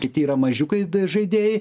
kiti yra mažiukai žaidėjai